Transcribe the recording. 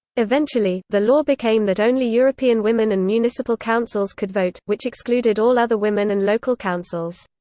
eventually, the law became that only european women and municipal councils could vote, which excluded all other women and local councils.